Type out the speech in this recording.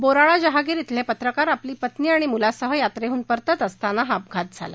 बोराळा जहागीर अेले पत्रकार आपली पत्नी आणि मुलासह यात्रेहून परतत असताना हा अपघात झाला